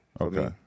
okay